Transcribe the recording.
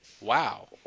wow